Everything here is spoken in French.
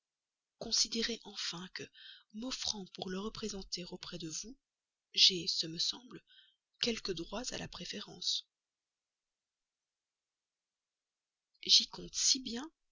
considérez enfin que m'offrant pour le représenter auprès de vous j'ai ce me semble quelques droits à la préférence j'y compte si bien